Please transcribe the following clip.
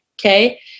Okay